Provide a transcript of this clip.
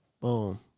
Boom